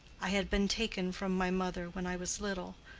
i had been taken from my mother when i was little,